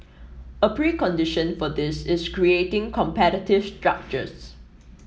a precondition for this is creating competitive structures